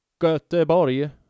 Göteborg